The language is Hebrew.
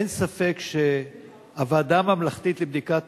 אין ספק שהוועדה הממלכתית לבדיקת